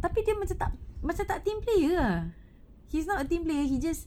tapi dia macam tak macam tak team player ah he's not a team player he just